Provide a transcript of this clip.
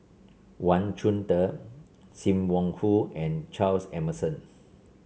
Wang Chunde Sim Wong Hoo and Charles Emmerson